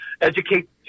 educate